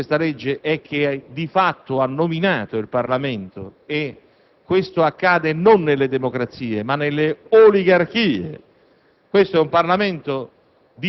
La più grande debolezza di questa legge è che di fatto ha nominato il Parlamento e ciò non accade nelle democrazie, ma nelle oligarchie: